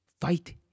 Fight